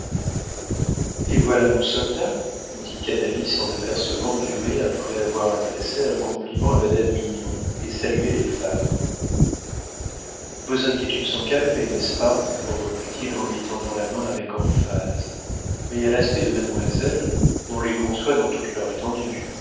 eh voilà mon soldat dit canalis en apercevant dumay après avoir adressé un compliment à madame mignon et salué les femmes vos inquiétudes sont calmées n'est-ce pas reprit-il en lui tendant la main avec emphase mais à l'aspect de mademoiselle on les conçoit dans toute leur étendue